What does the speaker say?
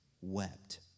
wept